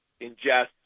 ingest